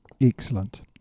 Excellent